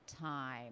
time